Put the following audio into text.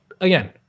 Again